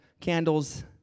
candles